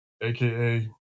AKA